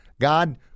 God